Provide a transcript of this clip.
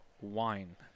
wine